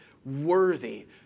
worthy